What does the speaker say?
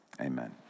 Amen